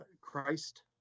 Christ